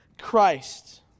Christ